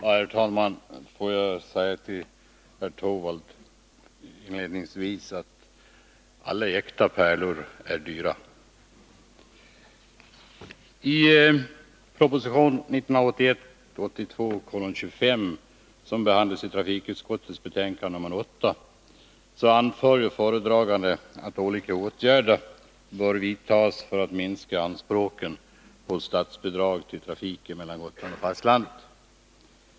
Herr talman! Får jag inledningsvis säga till herr Torwald att alla äkta pärlor är dyra.